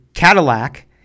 Cadillac